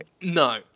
No